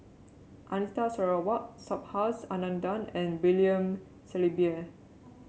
Anita Sarawak Subhas Anandan and William Shellabear